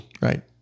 Right